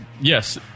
Yes